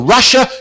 Russia